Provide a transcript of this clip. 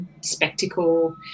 spectacle